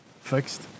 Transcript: fixed